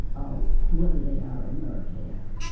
ah whoever they are and wherever they are.